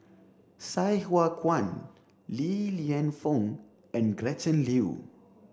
Sai Hua Kuan Li Lienfung and Gretchen Liu